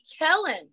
Kellen